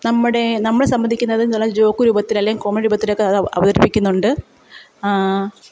നമ്മുടെ നമ്മളെ സംബന്ധിക്കുന്നത് ചിലത് ജോക്ക് രൂപത്തിൽ അല്ലെങ്കിൽ കോമഡി രൂപത്തിലൊക്കെ അത് അവതരിപ്പിക്കുന്നുണ്ട്